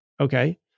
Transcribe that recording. Okay